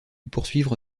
poursuivre